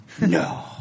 No